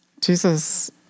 Jesus